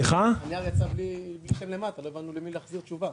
שמותר למדינת ישראל להעלות את דמי הניהול.